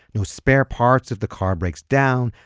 no spare parts if the car breaks down,